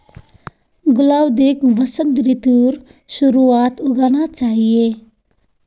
गुलाउदीक वसंत ऋतुर शुरुआत्त उगाना चाहिऐ